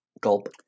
Gulp